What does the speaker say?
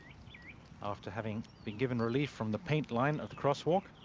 after having been given relief from the pain line of the crosswalk.